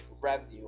revenue